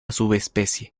subespecie